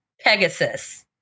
Pegasus